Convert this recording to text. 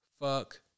fuck